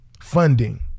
Funding